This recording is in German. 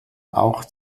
auch